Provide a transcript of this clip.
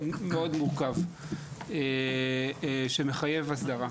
מאוד מורכב שמחייב הסדרה.